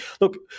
look